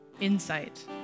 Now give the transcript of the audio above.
insight